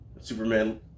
Superman